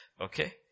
Okay